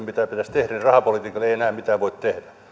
mitä pitäisi tehdä niin rahapolitiikalla ei enää mitään voi tehdä